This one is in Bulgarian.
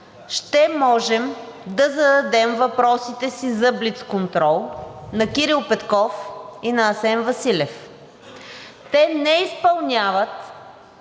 ще можем да зададем въпросите си за блицконтрол на Кирил Петков и на Асен Василев. Те не изпълняват